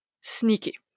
Sneaky